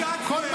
כמה קיצצתם?